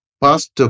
past